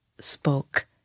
spoke